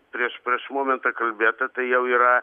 prieš prieš momentą kalbėta tai jau yra